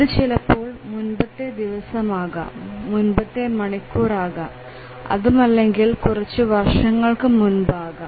ഇത് ചിലപ്പോൾ മുൻപത്തെ ദിവസം ആകാം മുൻപത്തെ മണിക്കൂർ ആകാം അതുമല്ലെങ്കിൽ കുറച്ചു വർഷങ്ങൾക്കു മുൻപ് ആകാം